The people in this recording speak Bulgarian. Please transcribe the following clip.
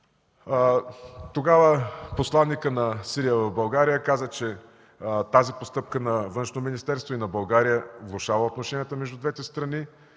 Тогава посланикът на Сирия в Българя каза, че тази постъпка на Външно министерство и на България влошава отношенията между двете страни.